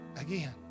again